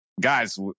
Guys